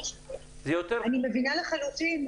אני מבינה לחלוטין,